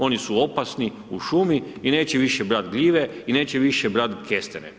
Oni su opasni u šumi i neće više brati gljive i neće više brati kestene.